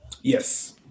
Yes